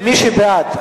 מי שבעד,